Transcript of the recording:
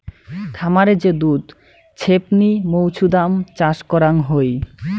খামারে যে দুধ ছেপনি মৌছুদাম চাষ করাং হই